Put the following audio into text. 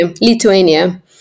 Lithuania